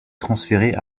transférés